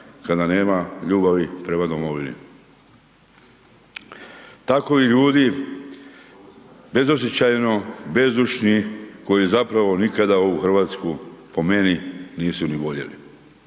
kada nema ljubavi prema domovini. Takovi ljudi bezosjećajno, bezdušni, koji zapravo nikada ovu RH po meni nisu ni voljeli.